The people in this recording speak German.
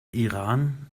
iran